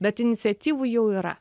bet iniciatyvų jau yra